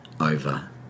over